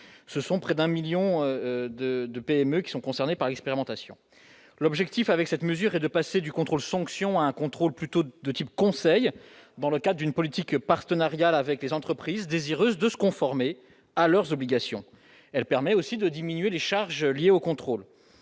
ce sont près d'un 1000000 de de PME qui sont concernés par l'expérimentation l'objectif avec cette mesure et de passer du contrôle sanction à un contrôle plutôt de type conseil dans le cas d'une politique partenariale avec les entreprises désireuses de se conformer à leurs obligations, elle permet aussi de diminuer les charges liées au contrôle,